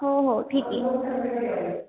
हो हो ठीक आहे